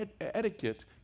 etiquette